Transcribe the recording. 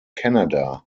canada